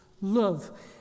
love